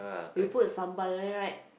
you put Sambal there right